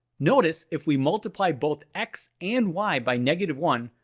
notice if we multiply both x and y by negative one,